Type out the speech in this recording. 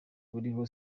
buriho